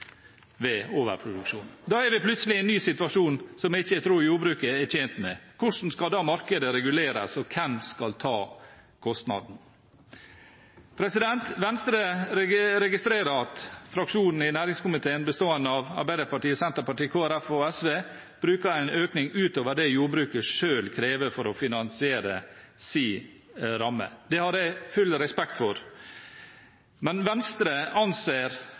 ved overproduksjon. Da er vi plutselig i en ny situasjon, som jeg ikke tror jordbruket er tjent med. Hvordan skal da markedet reguleres, og hvem skal ta kostnaden? Venstre registrer at en fraksjon i næringskomiteen bestående av Arbeiderpartiet, Senterpartiet, Kristelig Folkeparti og SV bruker en økning utover det jordbruket selv krever, for å finansiere sin ramme. Det har jeg full respekt for. Men Venstre anser